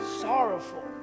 sorrowful